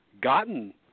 gotten